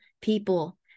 people